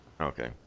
Okay